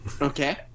okay